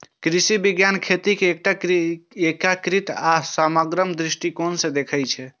कृषि विज्ञान खेती कें एकटा एकीकृत आ समग्र दृष्टिकोण सं देखै छै